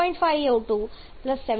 5 O2 75